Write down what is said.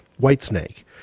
Whitesnake